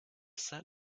set